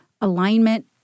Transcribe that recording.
alignment